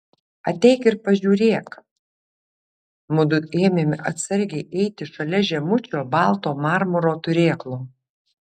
ateik ir pažiūrėk mudu ėmėme atsargiai eiti šalia žemučio balto marmuro turėklo